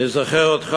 אני זוכר אותך,